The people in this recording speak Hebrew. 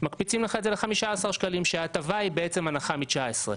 מקפיצים לך את הסכום ל-15 שקלים כאשר ההטבה היא בעצם הנחה מ-19 שקלים.